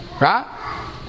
Right